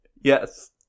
Yes